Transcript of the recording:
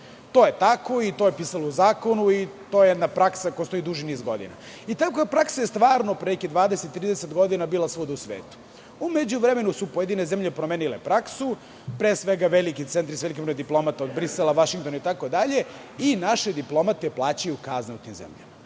To je tako i to je pisalo u zakonu. To je jedna praksa koja postoji već duži niz godina. Takva praksa je pre nekih 20-30 godina bila svuda u svetu. U međuvremenu su pojedine zemlje promenile praksu, pre svega veliki centri diplomata, od Brisela, Vašingtona itd. i naše diplomate plaćaju kazne u tim zemljama.